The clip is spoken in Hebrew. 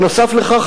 נוסף על כך,